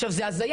עכשיו, זו הזיה.